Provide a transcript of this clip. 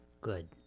Good